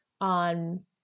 on